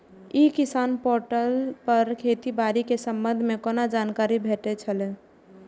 ई किसान पोर्टल पर खेती बाड़ी के संबंध में कोना जानकारी भेटय छल?